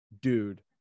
dude